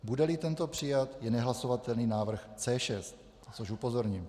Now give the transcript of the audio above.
Budeli tento přijat, je nehlasovatelný návrh C6, což upozorním.